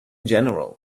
general